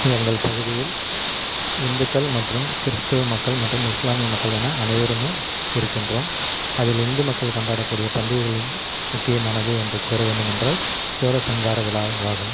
எங்கள் பகுதியில் இந்துக்கள் மற்றும் கிறிஸ்துவ மக்கள் மற்றும் இஸ்லாமிய மக்கள் என அனைவருமே இருக்கின்றோம் அதில் இந்து மக்கள் கொண்டாடக்கூடிய பண்டிகைகளின் முக்கியமானது என்று கூறவேண்டுமென்றால் சூரசம்ஹார விழாவாகும்